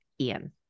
Ian